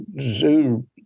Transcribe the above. zoo